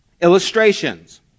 illustrations